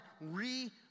re